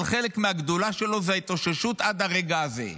אבל חלק מהגדולה שלו זה ההתאוששות עד הרגע הזה,